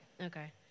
Okay